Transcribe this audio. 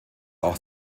auch